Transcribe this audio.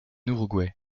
uruguay